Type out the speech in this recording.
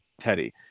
Teddy